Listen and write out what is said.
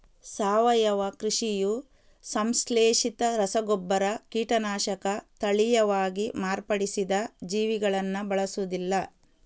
ಸಾವಯವ ಕೃಷಿಯು ಸಂಶ್ಲೇಷಿತ ರಸಗೊಬ್ಬರ, ಕೀಟನಾಶಕ, ತಳೀಯವಾಗಿ ಮಾರ್ಪಡಿಸಿದ ಜೀವಿಗಳನ್ನ ಬಳಸುದಿಲ್ಲ